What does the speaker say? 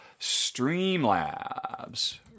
Streamlabs